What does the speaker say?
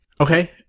Okay